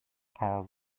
are